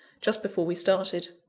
just before we started.